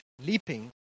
leaping